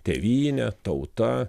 tėvynė tauta